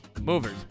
movers